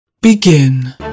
Begin